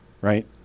right